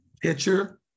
pitcher